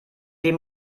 dem